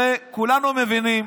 הרי כולנו מבינים